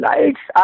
Lights